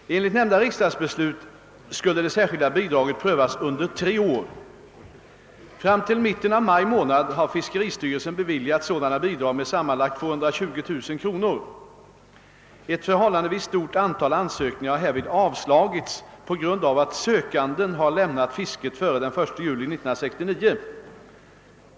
Enligt nämnda riksdagsbeslut skulle det särskilda bidraget prövas under tre år. Fram till mitten av maj månad har fiskeristyrelsen beviljat sådana bidrag med sammanlagt 220 000 kr. Ett förhållandevis stort antal ansökningar har härvid avslagits på grund av att sökanden har lämnat fisket före den 1 juli 1969.